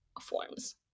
forms